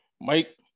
Mike